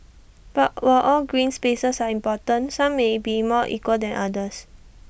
but while all green spaces are important some may be more equal than others